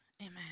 Amen